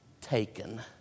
taken